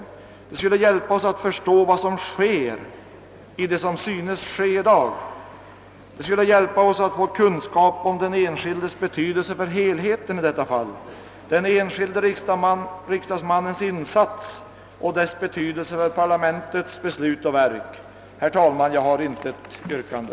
Verket skulle hjälpa oss förstå vad som sker i det som synes ske i dag. Det skulle hjälpa oss få kunskap om den enskildes betydelse för helheten, den enskilde riksdagsmannens insats och dess betydelse för parlamentets beslut och verk. Herr talman, jag har inget yrkande.